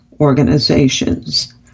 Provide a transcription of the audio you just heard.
organizations